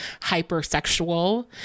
hypersexual